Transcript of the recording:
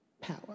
power